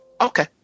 Okay